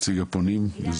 נציג הפונים.